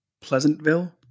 Pleasantville